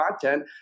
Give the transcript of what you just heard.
content